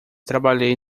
trabalhei